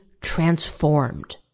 transformed